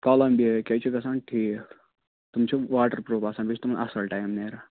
کولمبِیاہٕکۍ حظ چھِ گژھان ٹھیٖک تِم چھِ واٹر پرٛوٗف آسان بیٚیہِ چھُ تِمن اصٕل ٹایِم نیران